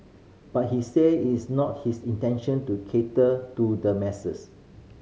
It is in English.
but he say is not his intention to cater to the masses